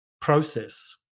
process